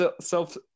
self-